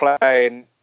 playing